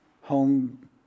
home